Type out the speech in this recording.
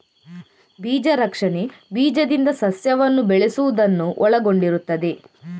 ಬೀಜ ರಕ್ಷಣೆ ಬೀಜದಿಂದ ಸಸ್ಯವನ್ನು ಬೆಳೆಸುವುದನ್ನು ಒಳಗೊಂಡಿರುತ್ತದೆ